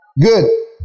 Good